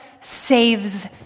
saves